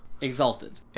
Exalted